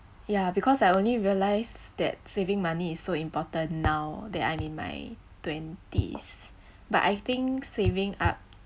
ya because I only realised that saving money is so important now that I'm in my twenties but I think saving up